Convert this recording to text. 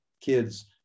kids